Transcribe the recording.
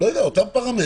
אותם פרמטרים.